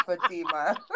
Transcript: Fatima